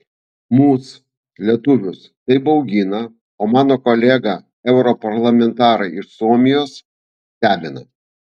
mus lietuvius tai baugina o mano kolegą europarlamentarą iš suomijos stebina